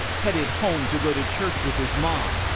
headed home to go to church with his mom,